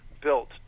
built